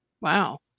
Wow